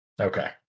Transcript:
Okay